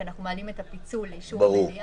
כי אנחנו מעלים את הפיצול לאישור המליאה.